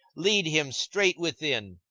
lead him straight within,